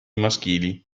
maschili